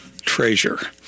treasure